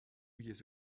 years